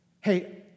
Hey